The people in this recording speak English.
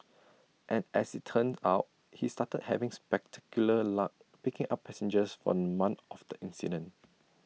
and as IT turned out he started having spectacular luck picking up passengers for month of the incident